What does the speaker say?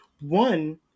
One